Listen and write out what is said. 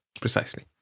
Precisely